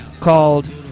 called